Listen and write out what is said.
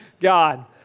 God